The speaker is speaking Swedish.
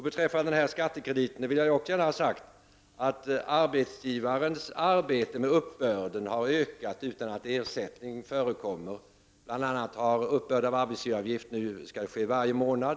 Beträffande skattekrediten vill jag gärna säga att arbetsgivarens arbete med uppbörden har ökat utan att ersättning utgår. Bl.a. skall uppbörd av arbetsgivaravgifter nu ske varje månad.